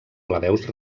plebeus